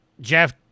Jeff